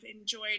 enjoyed